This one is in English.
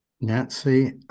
Nancy